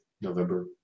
November